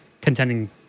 contending